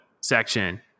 section